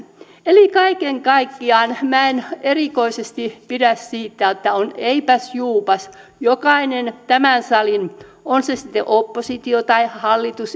eli kaiken kaikkiaan minä en erikoisesti pidä siitä että on eipäs juupas jokainen tässä salissa on hän sitten opposition tai hallituksen